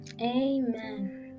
Amen